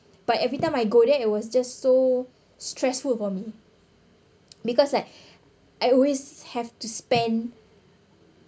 but every time I go there it was just so stressful for me because like I always have to spend